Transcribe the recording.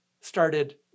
started